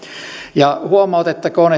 ja huomautettakoon